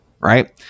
Right